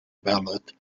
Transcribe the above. ballot